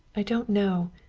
i don't know.